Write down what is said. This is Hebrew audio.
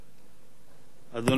אדוני היושב-ראש,